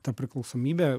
ta priklausomybė